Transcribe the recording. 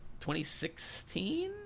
2016